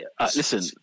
listen